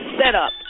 setup